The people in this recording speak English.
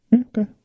okay